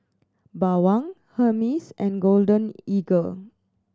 Bawang Hermes and Golden Eagle